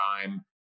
time